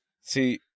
See